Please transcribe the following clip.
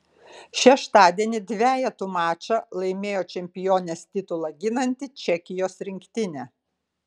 šeštadienį dvejetų mačą laimėjo čempionės titulą ginanti čekijos rinktinė